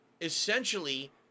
essentially